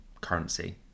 currency